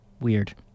weird